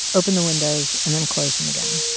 opened the windows and then closed them again